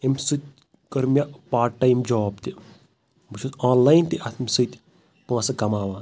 أمۍ سۭتۍ کٔر مےٚ پارٹ ٹایِم جاب تہِ بہٕ چھُس آن لاین تہِ اتھ سۭتۍ پونٛسہٕ کماوان